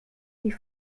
die